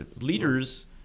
leaders